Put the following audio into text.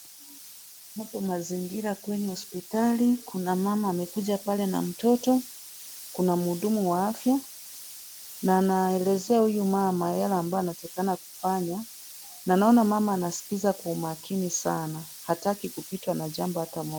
Hapa mazingira kwenye hospitali. Kuna mama amekuja pale na mtoto. Kuna mhudumu wa afya na anaelezea huyu mama yale ambayo anatakikana kufanya na naona mama anasikiliza kwa umakini sana, hataki kupitwa na jambo hata moja.